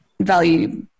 value